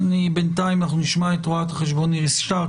--- בינתיים אנחנו נשמע את רואת חשבון איריס שטרק,